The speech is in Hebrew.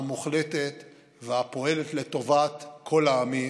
המוחלטת והפועלת לטובת כל העמים,